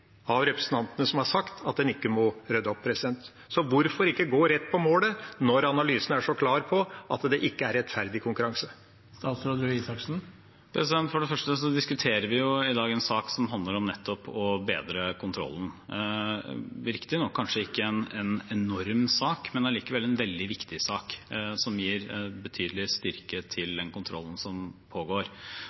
representantene som har sagt at en ikke må rydde opp. Så hvorfor ikke gå rett på målet når analysen er så klar på at det ikke er rettferdig konkurranse? For det første diskuterer vi i dag en sak som handler om nettopp å bedre kontrollen – riktig nok kanskje ikke en enorm sak, men allikevel en veldig viktig sak, som gir betydelig styrke til den kontrollen som pågår.